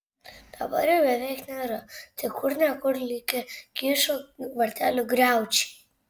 dabar jų beveik nėra tik kur ne kur likę kyšo vartelių griaučiai